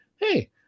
hey